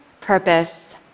purpose